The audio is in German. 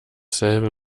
selbe